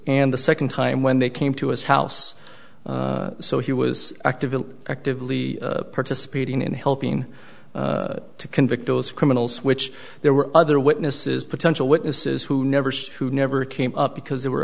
and the second time when they came to his house so he was active and actively participating in helping to convict those criminals which there were other witnesses potential witnesses who never saw who never came up because they were